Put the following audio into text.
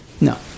No